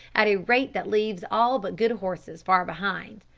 at a rate that leaves all but good horses far behind.